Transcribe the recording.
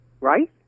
Right